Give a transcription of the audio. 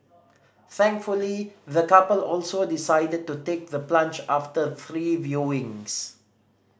thankfully the couple also decided to take the plunge after three viewings